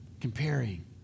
comparing